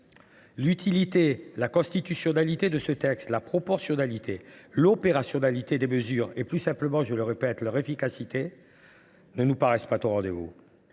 L’utilité, la constitutionnalité de ce texte, la proportionnalité, l’opérationnalité des mesures et tout simplement leur efficacité ne nous paraissent pas au rendez vous.